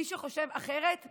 מי שחושב אחרת פסול.